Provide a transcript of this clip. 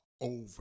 over